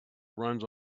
runs